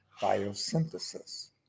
biosynthesis